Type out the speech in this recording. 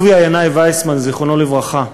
טוביה ינאי ויסמן, זיכרונו לברכה,